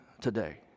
today